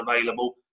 available